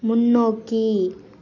முன்னோக்கி